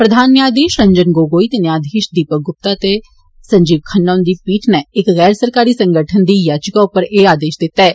प्रधान न्यायघीश रंजन गोगोई ते न्यायघीश दीपक गुप्ता ते संजीव खन्ना हुंदी पीठ नै इक गैर सरकारी संगठन दी याचिका उप्पर एह् आदेश दित्ता ऐ